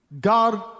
God